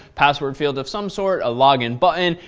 password field of some sort, a log in button,